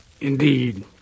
indeed